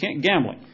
Gambling